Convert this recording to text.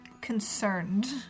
concerned